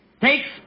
takes